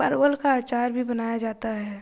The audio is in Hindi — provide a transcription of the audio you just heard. परवल का अचार भी बनाया जाता है